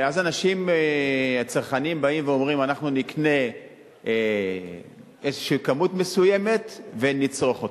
ואז הצרכנים באים ואומרים: אנחנו נקנה איזו כמות מסוימת ונצרוך אותה.